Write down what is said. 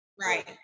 Right